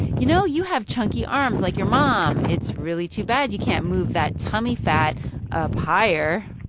you know, you have chunky arms like your mom. it's really too bad you can't move that tummy fat up higher.